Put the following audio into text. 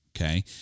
okay